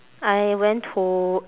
I went to